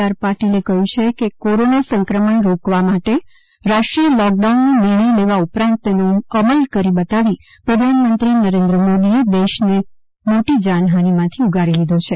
R પાટિલે કહ્યું છે કે કોરોના સંક્રમણ રોકવા માટે રાષ્ટ્રીય લોકડાઉનનો નિર્ણયલેવા ઉપરાંત તેનો અમલ કરી બતાવી પ્રધાનમંત્રી નરેન્દ્રમોદીએ દેશને મોટી જાનહાનિ માથી ઉગારી લીધો છે